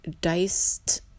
diced